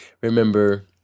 remember